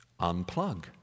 Unplug